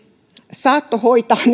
saattohoitaa